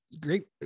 great